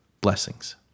Blessings